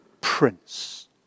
prince